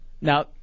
Now